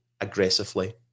aggressively